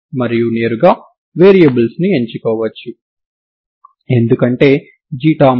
మీరు ఈ విధంగా చేస్తే ఏమి జరుగుతుంది